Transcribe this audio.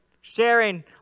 sharing